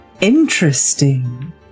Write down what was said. Interesting